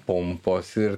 pompos ir